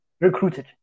recruited